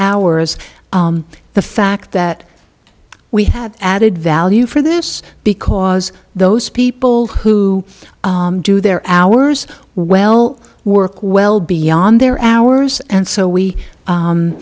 hours the fact that we had added value for this because those people who do their hours well work well beyond their hours and so we